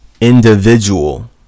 individual